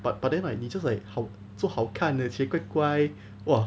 but but then like 你 just like 好做好看的起乖乖 !wah!